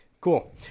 cool